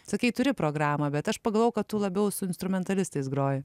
sakei turi programą bet aš pagalvojau kad tu labiau su instrumentalistais groji